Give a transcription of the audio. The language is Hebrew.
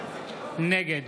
נגד